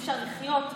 שאי-אפשר לחיות כך.